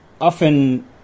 often